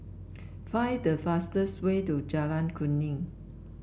find the fastest way to Jalan Kuning